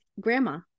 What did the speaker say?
grandma